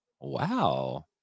Wow